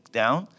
down